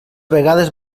vegades